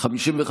לא נתקבלה.